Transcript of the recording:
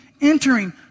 entering